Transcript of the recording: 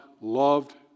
loved